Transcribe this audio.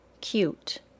cute